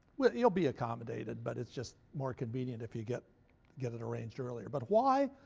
you'll be accommodated but it's just more convenient if you get get it arranged earlier. but why?